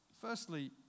Firstly